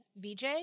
vj